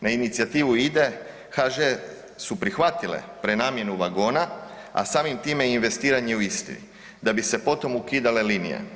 Na inicijativu IDA-e HŽ su prihvatile prenamjenu vagona, a samim time i investiranje u isti, da bi se potom ukidale linije.